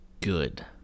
good